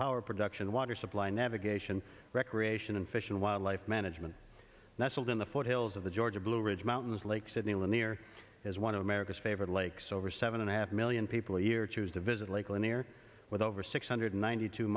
power production water supply navigation recreation and fish and wildlife management nestled in the foothills of the georgia blue ridge mountains lakes in the linear as one of america's favorite lakes over seven and a half million people a year choose to visit lake lanier with over six hundred ninety two